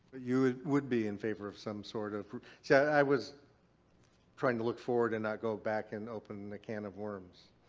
you would be in favor of some sort of. see i was trying to look forward and not go back and open a can of worms.